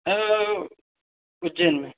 अओ उज्जैन में